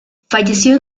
falleció